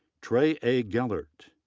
trey a. gellert.